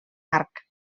arc